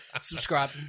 Subscribe